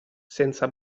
senza